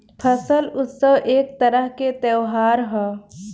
फसल उत्सव एक तरह के त्योहार ह